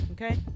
okay